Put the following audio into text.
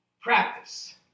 Practice